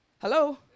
Hello